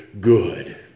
good